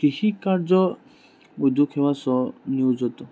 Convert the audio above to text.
কৃষি কাৰ্য উদ্যোগ সেৱা স্বনিয়োজত